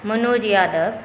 Manoj Yadav